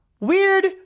Weird